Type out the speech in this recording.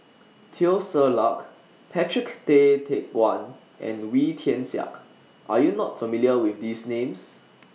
Teo Ser Luck Patrick Tay Teck Guan and Wee Tian Siak Are YOU not familiar with These Names